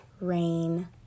rain